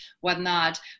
whatnot